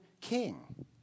king